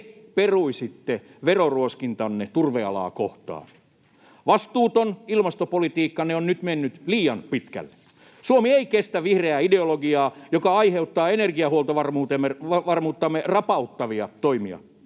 te peruisitte veroruoskintanne turvealaa kohtaan. Vastuuton ilmastopolitiikkanne on nyt mennyt liian pitkälle. Suomi ei kestä vihreää ideologiaa, joka aiheuttaa energiahuoltovarmuuttamme rapauttavia toimia.